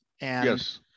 Yes